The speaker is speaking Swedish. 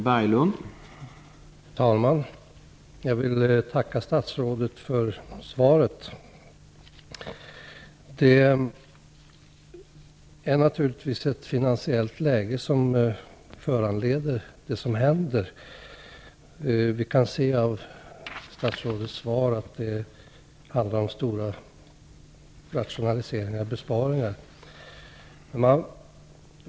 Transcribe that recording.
Herr talman! Jag vill tacka statsrådet för svaret. Det som händer föranleds naturligtvis av det finansiella läget. Vi kan i statsrådets svar se att det handlar om stora rationaliseringar och besparingar.